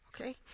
okay